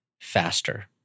faster